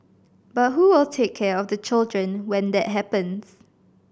but who will take care of the children when that happens